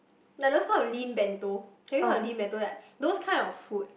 like those kind of lean bento have you heard of lean bento like those kind of food